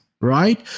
Right